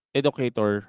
educator